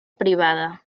privada